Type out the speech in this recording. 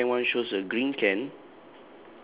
then the second one shows a green can